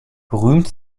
berühmt